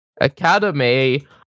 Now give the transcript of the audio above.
Academy